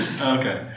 Okay